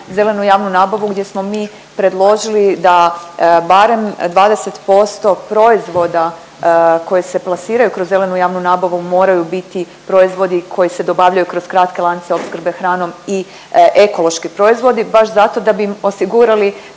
zelenu javnu nabavu gdje smo mi predložili da barem 20% proizvoda koji se plasiraju kroz zelenu javnu nabavu moraju biti proizvodi koji se dobavljaju kroz kratke lance opskrbe hranom i ekološki proizvodi baš zato da bi im osigurali